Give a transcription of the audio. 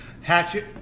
Hatchet